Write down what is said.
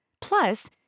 Plus